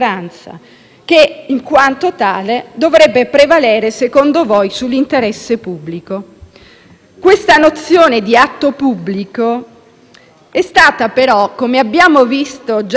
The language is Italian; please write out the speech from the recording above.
Questa nozione di atto pubblico è stata però - come abbiamo visto già in altre occasioni, e pensiamo alle leggi razziali - esclusa dal Consiglio di Stato.